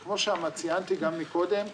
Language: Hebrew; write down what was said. וכמו שציינתי קודם,